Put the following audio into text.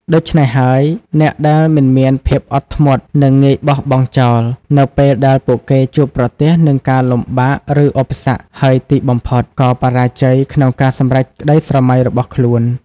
ដូច្នេះហើយ អ្នកដែលមិនមានភាពអត់ធ្មត់នឹងងាយបោះបង់ចោល នៅពេលដែលពួកគេជួបប្រទះនឹងការលំបាកឬឧបសគ្គ ហើយទីបំផុតក៏បរាជ័យក្នុងការសម្រេចក្តីស្រមៃរបស់ខ្លួន។